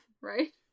right